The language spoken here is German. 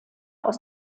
aus